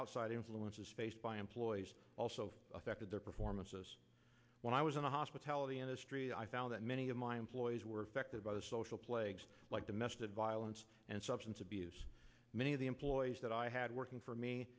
outside influences faced by employees also affected their performances when i was in the hospitality industry i found that many of my employees were affected by the social plagues like domestic violence and substance abuse many of the employees that i had working for me